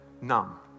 numb